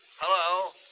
Hello